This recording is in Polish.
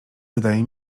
wydaje